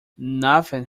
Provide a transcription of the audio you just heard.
nothing